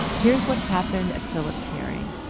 here's what happened at phillip's hearing.